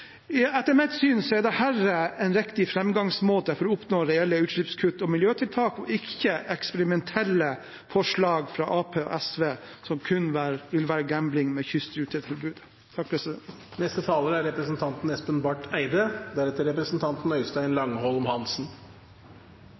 Etter mitt syn er dette en riktig framgangsmåte for å oppnå reelle utslippskutt og miljøtiltak. Det vil ikke eksperimentelle forslag fra Arbeiderpartiet og SV gjøre, som kun vil være gambling med